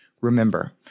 Remember